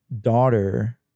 daughter